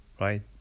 right